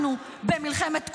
אנחנו במלחמת תקומה.